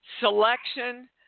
selection